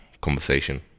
conversation